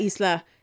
Isla